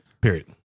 Period